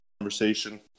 conversation